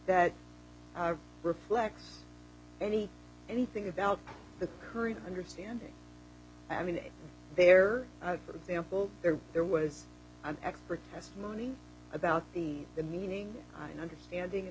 that reflects any anything about the current understanding i mean there for example there there was an expert testimony about the the meaning and understanding